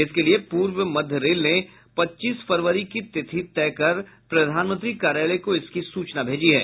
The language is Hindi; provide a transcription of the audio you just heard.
इसके लिये पूर्व मध्य रेल ने पच्चीस फरवरी की तिथि तय कर प्रधानमंत्री कार्यालय को इसकी सूचना भेजी है